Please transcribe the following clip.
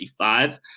55